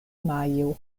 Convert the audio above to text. majo